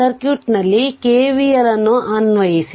ಆದ್ದರಿಂದ ಸರ್ಕ್ಯೂಟ್ನಲ್ಲಿ KVL ಅನ್ನು ಅನ್ವಯಿಸಿ